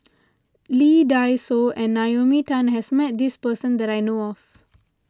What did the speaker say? Lee Dai Soh and Naomi Tan has met this person that I know of